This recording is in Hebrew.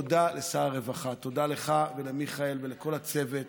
תודה לשר הרווחה: תודה לך ולמיכאל ולכל הצוות